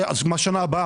אז מה שנה הבאה?